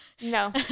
No